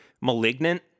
malignant